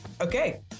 Okay